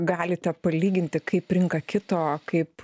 galite palyginti kaip rinka kito kaip